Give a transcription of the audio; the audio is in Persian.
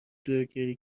زورگیری